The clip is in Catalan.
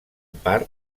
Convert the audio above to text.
part